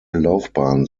laufbahn